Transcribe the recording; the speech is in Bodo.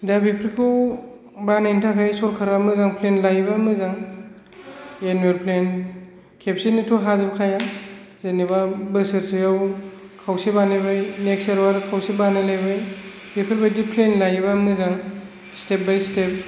दा बेफोरखौ बानायनो थाखाय सरखारा मोजां प्लेन लायोबा मोजां एनुवेल प्लेन खेबसेनोथ' हाजोबखाया जेनेबा बोसोरसेयाव खावसे बानायबाय नेक्स आव आरो खेवसे बानायलायबाय बेफोरबायदि प्लेन लायोबा मोजां स्टेप बाय स्टेप